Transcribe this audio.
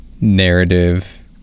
narrative